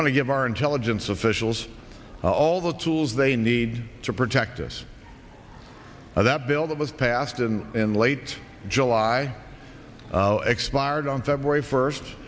want to give our intelligence officials all the tools they need to protect us now that bill that was passed in in late july expired on february first